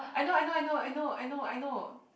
I know I know I know I know I know I know